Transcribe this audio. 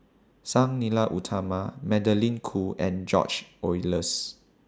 Sang Nila Utama Magdalene Khoo and George Oehlers